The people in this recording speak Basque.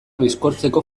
bizkortzeko